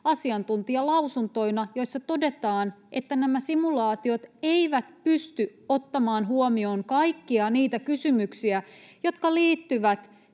asiantuntijalausuntoina, joissa todetaan, että nämä simulaatiot eivät pysty ottamaan huomioon kaikkia niitä kysymyksiä, jotka liittyvät